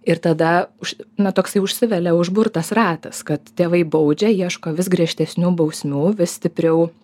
ir tada už na toksai užsivelia užburtas ratas kad tėvai baudžia ieško vis griežtesnių bausmių vis stipriau